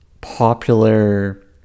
popular